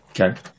Okay